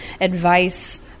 advice